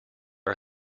are